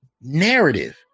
narrative